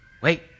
Wait